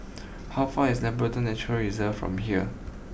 how far is Labrador Nature Reserve from here